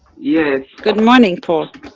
yes. good morning paul.